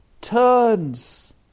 turns